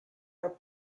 are